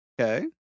Okay